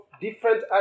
different